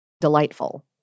delightful